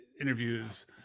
interviews